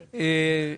סילמן,